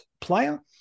player